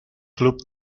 club